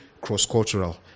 cross-cultural